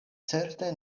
certe